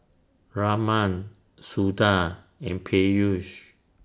Raman Suda and Peyush